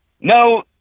No